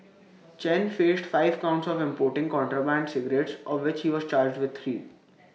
Chen faced five counts of importing contraband cigarettes of which he was charged with three